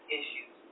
issues